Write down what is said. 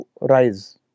rise